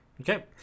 Okay